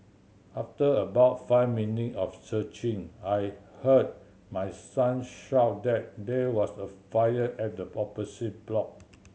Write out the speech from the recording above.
after about five minute of searching I heard my son shout that there was a fire at the opposite block